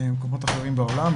מקומות אחרים בעולם,